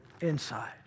inside